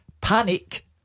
Panic